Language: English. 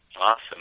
Awesome